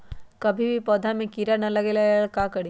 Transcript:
कभी भी पौधा में कीरा न लगे ये ला का करी?